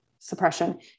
suppression